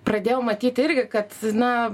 pradėjau matyti irgi kad na